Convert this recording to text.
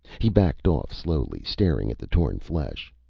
he backed off slowly, staring at the torn flesh.